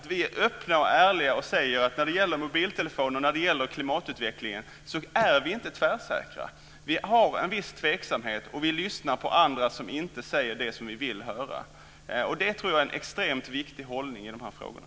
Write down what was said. Vi ska vara öppna och ärliga och säga att när det gäller mobiltelefoner och klimatutvecklingen är vi inte tvärsäkra. Det finns en viss tveksamhet. Vi lyssnar på andra som inte säger det som vi vill höra. Det tror jag är en extremt viktig hållning i de här frågorna.